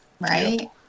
Right